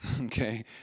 Okay